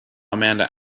amanda